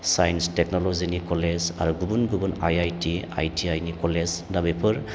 science टेक्नलजिनि college आरो गुबुन गुबुन I I T I T I नि कलेज दा बेफोर